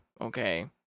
okay